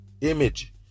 Image